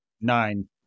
nine